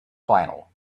final